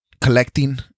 collecting